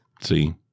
see